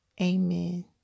amen